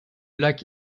lac